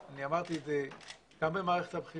אני אתן לחבריי חברי הכנסת,